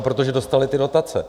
Protože dostaly dotace.